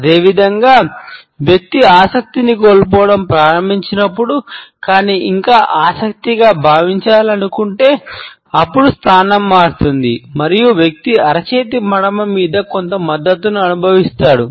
అదేవిధంగా వ్యక్తి ఆసక్తిని కోల్పోవటం ప్రారంభించినప్పుడు కానీ ఇంకా ఆసక్తిగా భావించాలనుకుంటే అప్పుడు స్థానం మారుతుంది మరియు వ్యక్తి అరచేతి మడమ మీద కొంత మద్దతును అనుభవిస్తాడు